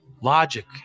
logic